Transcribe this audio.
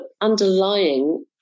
underlying